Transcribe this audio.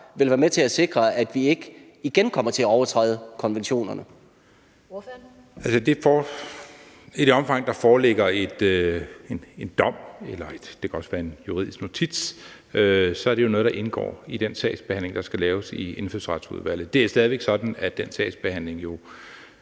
fg. formand (Annette Lind): Ordføreren. Kl. 16:53 Mads Fuglede (V): I det omfang der foreligger en dom, eller det kan også være en juridisk notits, er det jo noget, der indgår i den sagsbehandling, der skal laves i Indfødsretsudvalget. Det er stadig væk sådan, at den sagsbehandling jo